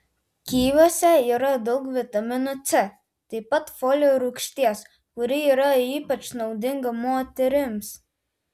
kiviuose yra daug vitamino c taip pat folio rūgšties kuri yra ypač naudinga moterims